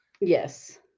Yes